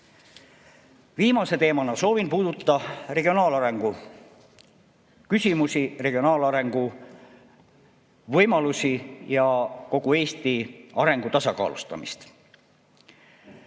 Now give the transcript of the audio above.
Viimase teemana soovin puudutada regionaalarengu küsimusi, regionaalarengu võimalusi ja kogu Eesti arengu tasakaalustamist.